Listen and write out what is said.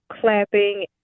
clapping